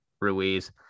Ruiz